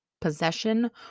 possession